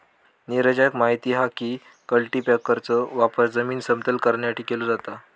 नीरजाक माहित हा की कल्टीपॅकरचो वापर जमीन समतल करण्यासाठी केलो जाता